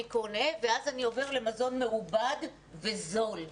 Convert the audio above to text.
קונה ואז אני עובר למזון מעובד וזול.